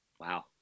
Wow